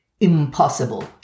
Impossible